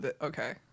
okay